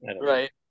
Right